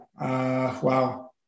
wow